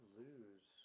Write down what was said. lose